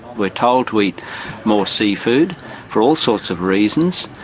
we are told to eat more seafood for all sorts of reasons,